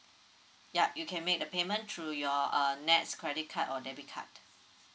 ya you can make the payment through your uh NETS credit card or debit card